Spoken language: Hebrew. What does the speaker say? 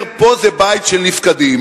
אומר: פה זה בית של נפקדים,